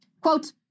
quote